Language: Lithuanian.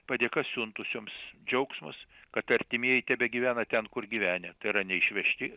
padėka siuntusioms džiaugsmas kad artimieji tebegyvena ten kur gyvenę tai yra neišvežti